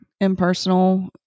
impersonal